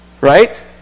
Right